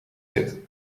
zit